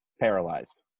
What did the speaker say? paralyzed